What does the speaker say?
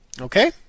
Okay